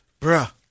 Bruh